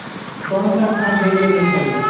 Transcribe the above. कोन सा खाद देवे के हई?